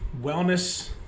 wellness